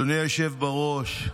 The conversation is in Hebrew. אדוני היושב-ראש,